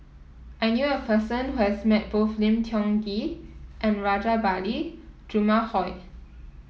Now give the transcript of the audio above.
I knew a person who has met both Lim Tiong Ghee and Rajabali Jumabhoy